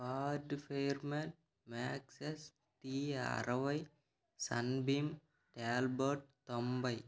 ఫార్డ్ఫేర్మెన్ మ్యాక్సెస్ టీ ఆరవై సన్భీమ్ ట్యాల్బర్ట్ తొంభై